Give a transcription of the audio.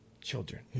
children